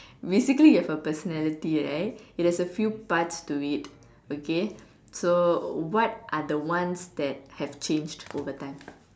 basically you have a personality right there's a few parts to it okay so what are the ones that have changed over time